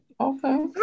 Okay